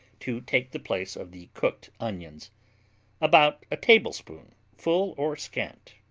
to take the place of the cooked onions about a tablespoon, full or scant.